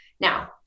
now